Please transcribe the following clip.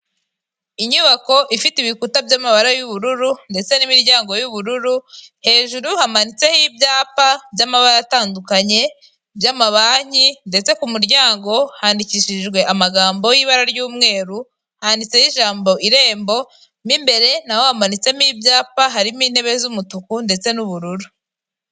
Inyubako ifite ibikuta byamabara y'ubururu ndetse n'miryango y'ubururu hejuru hamanitseho ibyapa by'amabara atandukanye by'amabanki ndetse kumuryango handikishijwe amagambo y'ibara ry'umweru, handitseho ijambo irembo mo imbere naho hamanitsemo ibyapa harimo intebe z'umutuku ndetse n'ubururu.